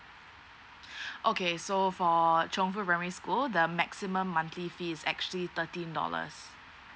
okay so for chong fu primary school the maximum monthly fee is actually thirteen dollars